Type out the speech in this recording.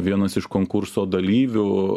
vienas iš konkurso dalyvių